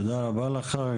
תודה רבה לך.